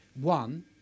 One